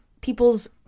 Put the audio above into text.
people's